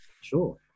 sure